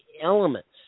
elements